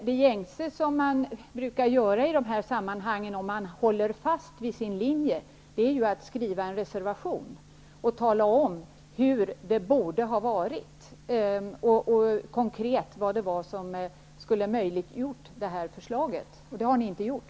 Fru talman! Om man håller fast vid sin linje är de gängse förfaringssättet i dessa sammanhang att avge en reservation och tala om hur det borde ha varit och konkret vad det var som skulle ha möjliggjort förslaget. Det har ni inte gjort.